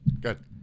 Good